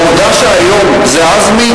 העובדה שהיום זה עזמי,